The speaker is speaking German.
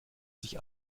sich